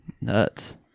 Nuts